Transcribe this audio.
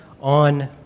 on